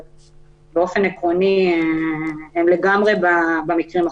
אבל באופן עקרוני הם לגמרי בתוך המסגרת של המקרים החריגים.